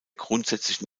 grundsätzlichen